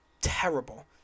Terrible